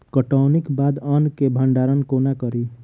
कटौनीक बाद अन्न केँ भंडारण कोना करी?